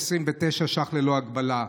29 ש"ח ללא הגבלה,